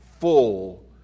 full